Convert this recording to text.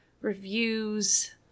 reviews